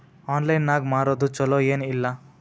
Online ನಾಗ್ ಮಾರೋದು ಛಲೋ ಏನ್ ಇಲ್ಲ?